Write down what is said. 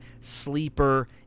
Sleeper